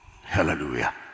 Hallelujah